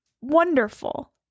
Wonderful